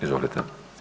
Izvolite.